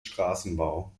straßenbau